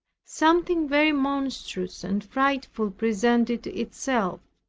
something very monstrous and frightful presented itself.